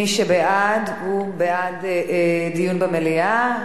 מי שבעד הוא בעד דיון במליאה,